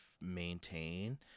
maintain